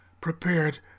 prepared